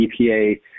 EPA